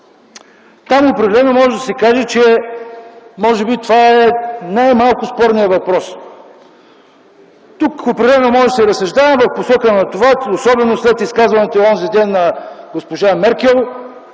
там определено може да се каже, че може би това е най-малко спорният въпрос. Тук може да се разсъждава в посока на това, особено след изказването онзи ден на госпожа Меркел,